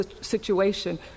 situation